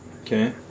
Okay